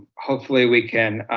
hopefully we can